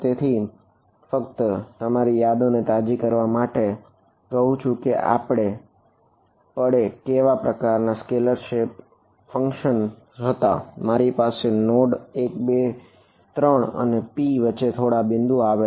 તેથી ફક્ત તમારી યાદોને તાજી કરવા માટે કહું કે આપણે પડે કેવા પ્રકારના સ્કેલાર શેપ 1 2 3 અને P વચ્ચે થોડા બિંદુઓ આવેલા છે